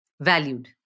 Valued